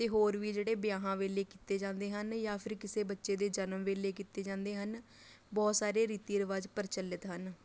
ਅਤੇ ਹੋਰ ਵੀ ਜਿਹੜੇ ਵਿਆਹਾਂ ਵੇਲੇ ਕੀਤੇ ਜਾਂਦੇ ਹਨ ਜਾਂ ਫਿਰ ਕਿਸੇ ਬੱਚੇ ਦੇ ਜਨਮ ਵੇਲੇ ਕੀਤੇ ਜਾਂਦੇ ਹਨ ਬਹੁਤ ਸਾਰੇ ਰੀਤੀ ਰਿਵਾਜ਼ ਪ੍ਰਚੱਲਿਤ ਹਨ